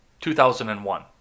2001